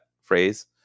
phrase